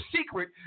secret